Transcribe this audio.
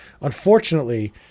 Unfortunately